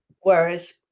whereas